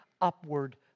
upward